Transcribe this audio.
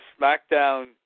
SmackDown